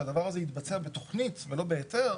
שהדבר הזה יתבצע בתכנית ולא בהיתר.